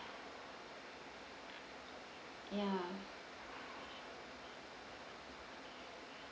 ya